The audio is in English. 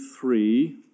three